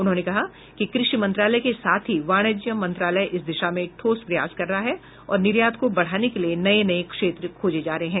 उन्होंने कहा कि कृषि मंत्रालय के साथ ही वाणिज्य मंत्रालय इस दिशा में ठोस प्रयास कर रहा है और निर्यात को बढाने के लिए नये नये क्षेत्र खोजे जा रहे हैं